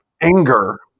anger